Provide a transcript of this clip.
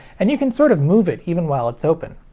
and you can sort of move it even while it's open.